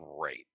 great